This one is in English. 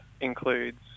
includes